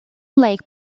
lake